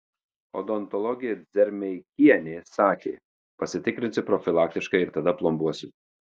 odontologė dzermeikienė sakė pasitikrinsiu profilaktiškai ir tada plombuosiu